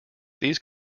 these